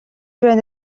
байна